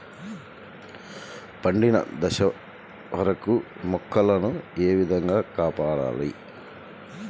పండిన దశ వరకు మొక్కల ను ఏ విధంగా కాపాడాలి?